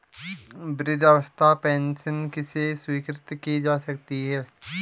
वृद्धावस्था पेंशन किसे स्वीकृत की जा सकती है?